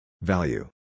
Value